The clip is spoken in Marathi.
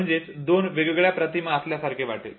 म्हणजेच दोन वेगवेगळ्या प्रतिमा असल्यासारखे वाटेल